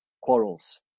quarrels